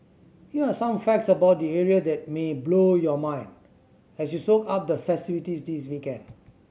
here are some facts about the area that may blow your mind as you soak up the festivities this weekend